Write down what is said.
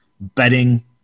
betting